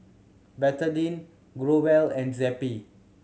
Betadine Growell and Zappy